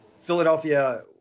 Philadelphia